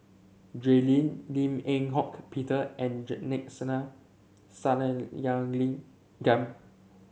Jay Lim Lim Eng Hock Peter and Sathyalingam